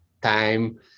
time